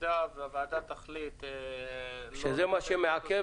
במידה והוועדה תחליט לא --- שזה מה שמעכב?